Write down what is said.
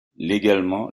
légalement